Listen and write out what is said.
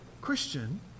Christian